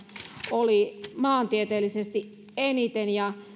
oli maantieteellisesti eniten